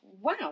Wow